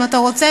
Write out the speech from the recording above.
ואם אתה רוצה,